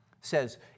says